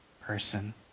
person